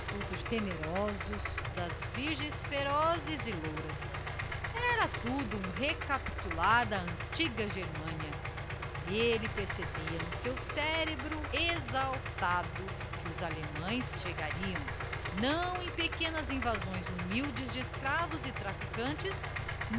cultos temerosos das virgens ferozes e louras era tudo um recapitular da antiga germânia elle percebia no seu cérebro exaltado que os allemães chegariam não em pequenas invasões humildes de escravos e traficantes